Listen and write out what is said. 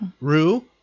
Rue